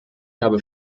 habe